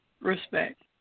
Respect